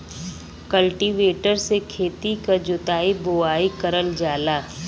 cultivator से खेती क जोताई बोवाई करल जाला